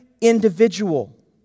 individual